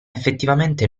effettivamente